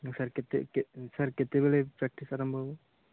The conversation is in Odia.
ସାର୍ କେତେ ସାର୍ କେତେବେଳେ ପ୍ରାକ୍ଟିସ୍ ଆରମ୍ଭ ହବ